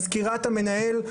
מזכירת המנהל,